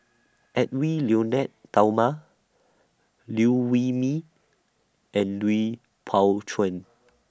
Edwy Lyonet Talma Liew Wee Mee and Lui Pao Chuen